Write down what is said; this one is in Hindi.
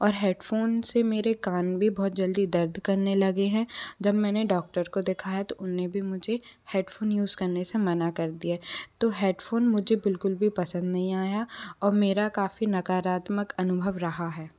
और हैडफ़ोन्स से मेरे कान भी बहुत जल्दी दर्द करने लगे हैं जब मैंने डॉक्टर को दिखाया तो उन्होंने भी मुझे हैडफ़ोन यूज़ करने से मना कर दिया तो हैडफ़ोन मुझे बिल्कुल भी पसंद नहीं आया और मेरा काफ़ी नकारात्मक अनुभव रहा है